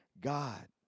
God